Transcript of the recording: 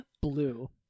Blue